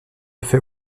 fait